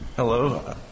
Hello